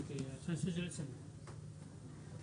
למרות שאני אומר את זה בסרקזם כי אני